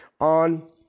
on